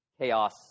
chaos